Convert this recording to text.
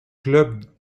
club